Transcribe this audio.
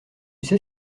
sais